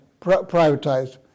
privatized